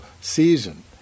season